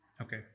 okay